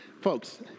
folks